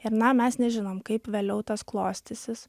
ir na mes nežinom kaip vėliau tas klostysis